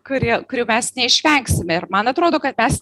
kurie kurių mes neišvengsime ir man atrodo kad mes